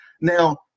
Now